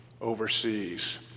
overseas